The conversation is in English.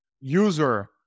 user